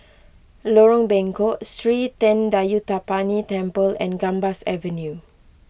Lorong Bengkok Sri thendayuthapani Temple and Gambas Avenue